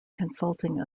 consulting